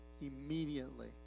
immediately